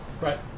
Right